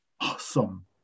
awesome